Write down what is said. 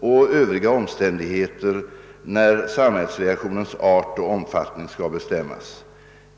och övriga omständigheter när samhällsreaktionens art och omfattning skall bestämmas.